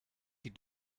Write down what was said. die